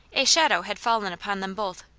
a shadow had fallen upon them both.